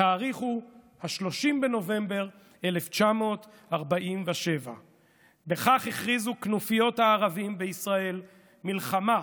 התאריך הוא 30 בנובמבר 1947. בכך הכריזו כנופיות הערבים בישראל מלחמה,